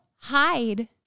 hide